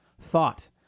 thought